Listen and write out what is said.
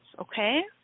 Okay